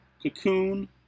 Cocoon